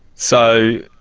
so,